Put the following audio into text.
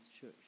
church